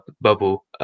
bubble